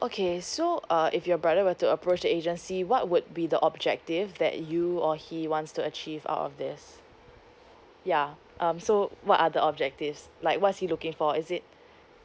okay so uh if your brother were to approach the agency what would be the objective that you or he wants to achieve out of this yeah um so what are the objectives like what's he looking for is it